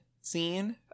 scene